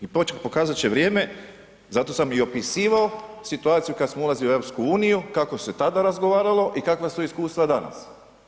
I pokazati će vrijeme, zato sam i opisivao situaciju kada smo ulazili u EU kako se tada razgovaralo i kakva su iskustva danas.